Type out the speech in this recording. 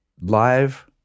live